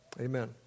Amen